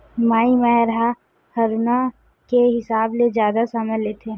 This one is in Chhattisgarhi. माई राहेर ह हरूना के हिसाब ले जादा समय लेथे